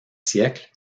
siècles